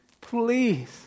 please